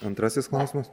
antrasis klausimas